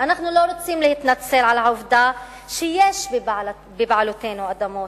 אנחנו לא רוצים להתנצל על העובדה שיש בבעלותנו אדמות.